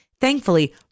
Thankfully